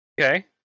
Okay